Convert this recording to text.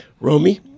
Romy